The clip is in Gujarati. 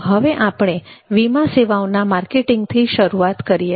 તો હવે આપણે વીમા સેવાઓના માર્કેટિંગથી શરૂઆત કરીએ